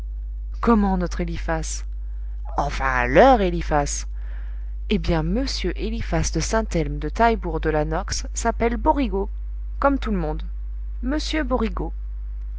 comment notre eliphas enfin leur eliphas eh bien m eliphas de saint elme de taillebourg de la nox s'appelle borigo comme tout le monde m borigo